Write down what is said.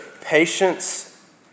patience